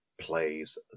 plays